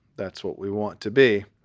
that's what we want to be.